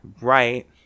right